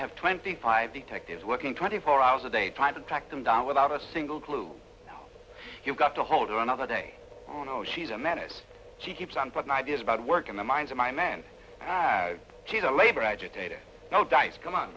have twenty five detectives working twenty four hours a day trying to track them down without a single clue how you've got to hold another day you know she's a menace she keeps on putting ideas about work in the minds of my men have kids a labor agitator no dice come on